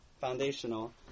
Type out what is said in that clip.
foundational